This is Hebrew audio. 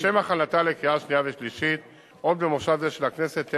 לשם הכנתה לקריאה שנייה ושלישית עוד בכנס זה של הכנסת,